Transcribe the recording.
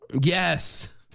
Yes